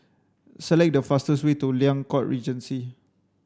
select the fastest way to Liang Court Regency